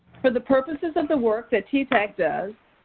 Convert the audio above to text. for the purposes of the work that ttac does,